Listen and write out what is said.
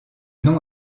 nom